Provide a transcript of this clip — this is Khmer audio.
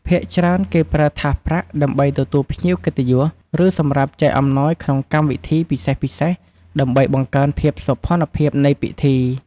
ភាគច្រើនគេប្រើថាសប្រាក់ដើម្បីទទួលភ្ញៀវកិត្តិយស ឬសម្រាប់ចែកអំណោយក្នុងកម្មវិធីពិសេសៗ ដើម្បីបង្កើនភាពសោភ័ណភាពនៃពិធី។